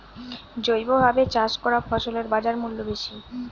জৈবভাবে চাষ করা ফসলের বাজারমূল্য বেশি